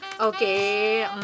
okay